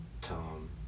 Tom